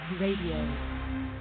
Radio